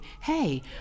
hey